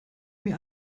mir